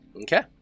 Okay